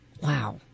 Wow